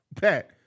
pat